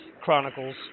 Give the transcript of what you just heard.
Chronicles